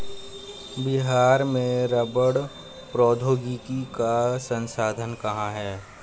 बिहार में रबड़ प्रौद्योगिकी का संस्थान कहाँ है?